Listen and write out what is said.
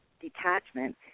detachment